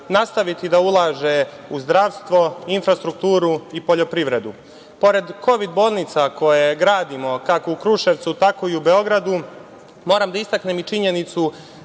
nastaviti da ulaže u zdravstvo, infrastrukturu i poljoprivredu. Pored kovid bolnica koje gradimo, kako u Kruševcu, tako i u Beogradu, moram da istaknem i činjenicu